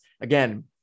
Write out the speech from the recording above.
again